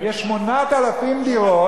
יש 8,000 דירות,